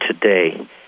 today